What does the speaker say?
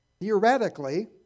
theoretically